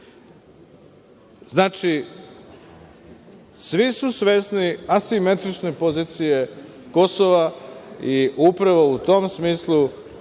svi su svesni asimetrične pozicije Kosova i upravo u tom smislu